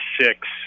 six